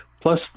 plus